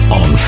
on